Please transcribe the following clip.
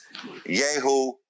Yehu